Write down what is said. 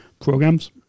programs